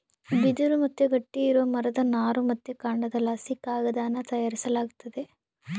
ಬಿದಿರು ಮತ್ತೆ ಗಟ್ಟಿ ಇರೋ ಮರದ ನಾರು ಮತ್ತೆ ಕಾಂಡದಲಾಸಿ ಕಾಗದಾನ ತಯಾರಿಸಲಾಗ್ತತೆ